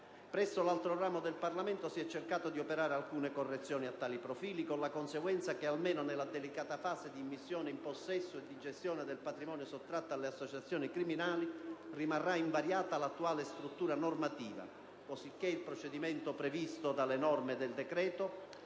Presso l'altro ramo del Parlamento si è cercato di operare alcune correzioni a tali profili, con la conseguenza che, almeno nella delicata fase di immissione in possesso e di gestione del patrimonio sottratto alle associazioni criminali, rimarrà invariata l'attuale struttura normativa, cosicché il procedimento previsto dalle norme del decreto